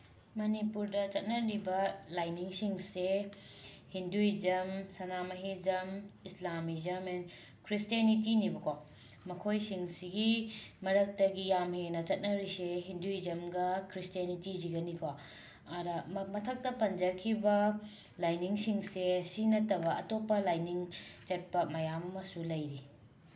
ꯃꯅꯤꯄꯨꯔꯗ ꯆꯠꯅꯔꯤꯕ ꯂꯥꯏꯅꯤꯡꯁꯤꯡꯁꯦ ꯍꯤꯟꯗꯨꯏꯖꯝ ꯁꯅꯥꯃꯍꯤꯖꯝ ꯏꯁꯂꯥꯃꯤꯖꯝ ꯑꯦꯟ ꯈ꯭ꯔꯤꯁꯇꯦꯅꯤꯇꯤꯅꯦꯕꯀꯣ ꯃꯈꯣꯏꯁꯤꯡꯁꯤꯒꯤ ꯃꯔꯛꯇꯒꯤ ꯌꯥꯝ ꯍꯦꯟꯅ ꯆꯠꯅꯔꯤꯁꯦ ꯍꯤꯟꯗꯨꯏꯖꯝꯒ ꯈ꯭ꯔꯤꯁꯇꯦꯅꯤꯇꯤꯁꯤꯒꯅꯤꯀꯣ ꯑꯗ ꯃꯊꯛꯇ ꯄꯟꯖꯈꯤꯕ ꯂꯥꯏꯅꯤꯡꯁꯤꯡꯁꯦ ꯁꯤꯅ ꯅꯠꯇꯕ ꯑꯇꯣꯞꯄ ꯂꯥꯏꯅꯤꯡ ꯆꯠꯄ ꯃꯌꯥꯝ ꯑꯃꯁꯨ ꯂꯩꯔꯤ